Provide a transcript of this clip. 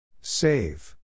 Save